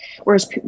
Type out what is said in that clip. Whereas